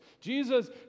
Jesus